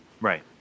Right